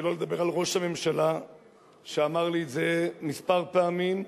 שלא לדבר על ראש הממשלה שאמר לי את זה כמה פעמים.